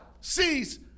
cease